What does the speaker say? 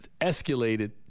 escalated